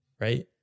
right